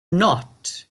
not